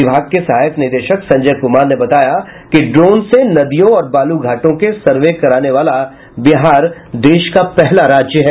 विभाग के सहायक निदेशक संजय कुमार ने बताया कि ड्रोन से नदियों और बालू घाटों के सर्वे कराने वाला बिहार देश का पहला राज्य है